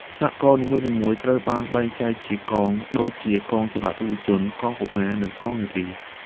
សហករណ៍នីមួយៗត្រូវបានបែងចែកជា "កង" ដូចជា កងចល័តយុវជន កងកុមារ និងកងនារី។